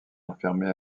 enfermée